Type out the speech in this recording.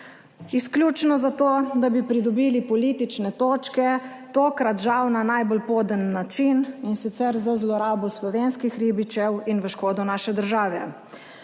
izključno zato, da bi pridobili politične točke, tokrat žal na najbolj podel način, in sicer z zlorabo slovenskih ribičev in v škodo naše države.